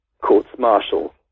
courts-martial